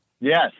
Yes